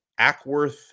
Ackworth